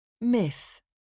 Myth